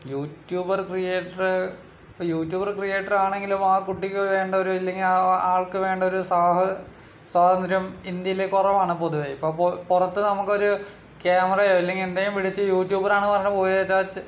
YouTuber creator YouTuber ക്രിയേറ്ററാണെങ്കിലും ആ കുട്ടിക്ക് വേണ്ട ഒരു ഇല്ലെങ്കിൽ ആ ആൾക്ക് വേണ്ട ഒരു സാഹ് സ്വാതന്ത്ര്യം ഇന്ത്യയിൽ കുറവാണ് പൊതുവേ ഇപ്പോൾ പുറത്ത് നമുക്കൊരു ക്യാമറയോ അല്ലെങ്കിൽ എന്തെങ്കിലും പിടിച്ച് യൂട്യൂബറാണ് പറഞ്ഞ് പോയേച്ചാൽ